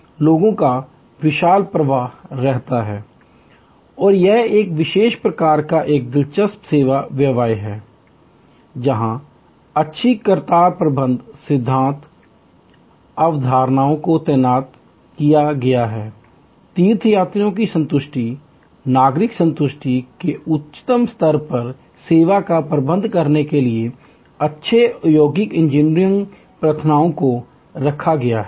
उनके पास एक लोगों का विशाल प्रवाह है l और यह एक विशेष प्रकार का एक दिलचस्प सेवा व्यवसाय है जहां अच्छी कतारबद्ध सिद्धांत अवधारणाओं को तैनात किया गया है तीर्थयात्रियों की संतुष्टि नागरिक संतुष्टि के उच्च स्तर पर सेवा का प्रबंधन करने के लिए अच्छे औद्योगिक इंजीनियरिंग प्रथाओं को रखा गया है